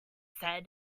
said